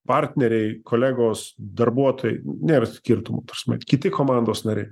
partneriai kolegos darbuotojai nėra skirtumo ta prasme kiti komandos nariai